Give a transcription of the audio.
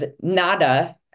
nada